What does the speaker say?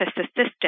assistant